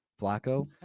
Flacco